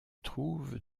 trouve